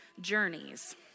journeys